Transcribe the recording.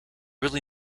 really